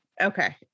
Okay